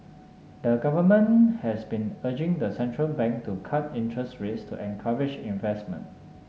the government has been urging the central bank to cut interest rates to encourage investment